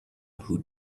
who